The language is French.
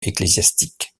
ecclésiastique